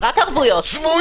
צבועים.